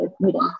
meeting